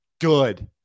Good